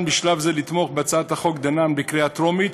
בשלב זה לתמוך בהצעת החוק דנן בקריאה טרומית,